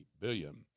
billion